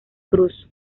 cruz